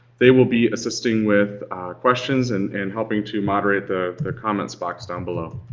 they will be assisting with questions and and helping to moderate the the comments box down below.